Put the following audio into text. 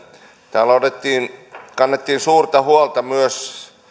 täällä kannettiin suurta huolta myös